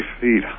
feet